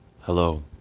Hello